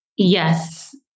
Yes